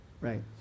right